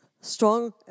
strong